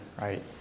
Right